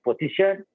position